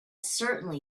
certainly